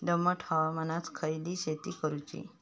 दमट हवामानात खयली शेती करूची?